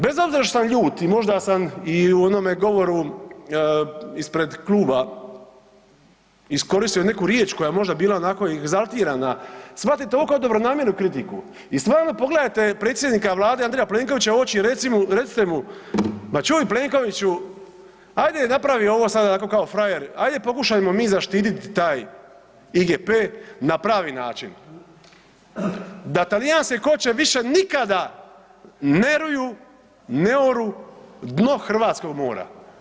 Bez obzira što sam ljut i možda sam i u onome govoru ispred kluba iskoristio neku riječ koja je možda bila onako i egzaltirana, shvatite ovo kao dobronamjernu kritiku i stvarno pogledajte predsjednika Vlade Andreja Plenkovića u oči i recite mu ma čuj Plenkoviću, ajde napravi ovo sad onako kako frajer, ajde pokušajmo mi zaštititi taj IGP na pravi način. da talijanske koće više nikada ne ruju, ne oru dno hrvatskog mora.